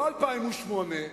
לא 2008,